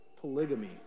polygamy